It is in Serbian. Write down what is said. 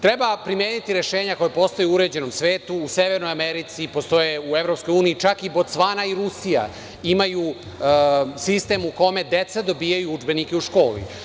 Treba primeniti rešenja koja postoje u uređenom svetu, u Severnoj Americi, u EU, postoje čak i Bocvana i Rusija imaju sistem u kome deca dobijaju udžbenike u školi.